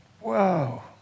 wow